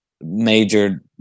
major